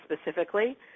specifically